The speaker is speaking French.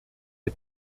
est